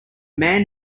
man